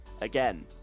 again